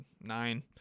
nine